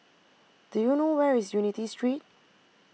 Do YOU know Where IS Unity Street